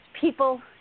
people